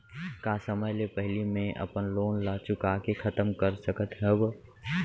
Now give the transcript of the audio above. का समय ले पहिली में अपन लोन ला चुका के खतम कर सकत हव?